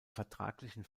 vertraglichen